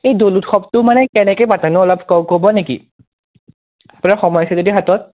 এই দৌল উৎসৱটো কেনেকৈ পাতেনো অলপ ক'ব নেকি আপোনাৰ সময় আছে যদি হাতত